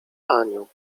aniu